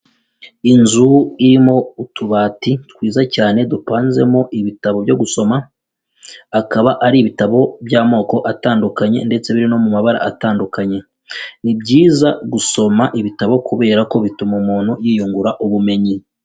Inzu irimo utubati twiza cyane dupanzemo ibitabo byo gusoma, akaba ari ibitabo by'amoko atandukanye ndetse biri no mu mabara atandukanye, ni byiza gusoma ibitabo kubera ko bituma umuntu yiyungura ubumenyi.